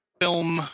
film